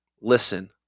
listen